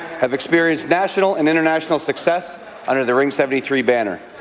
have experienced national and international success under the ring seventy three banner.